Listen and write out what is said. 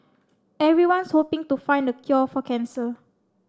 everyone's hoping to find the cure for cancer